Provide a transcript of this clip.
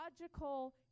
logical